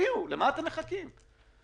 למה אתם מחכים?